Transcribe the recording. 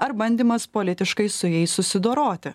ar bandymas politiškai su jais susidoroti